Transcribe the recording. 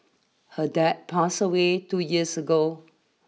her dad passed away two years ago